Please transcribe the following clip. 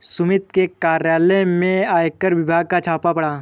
सुमित के कार्यालय में आयकर विभाग का छापा पड़ा